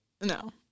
No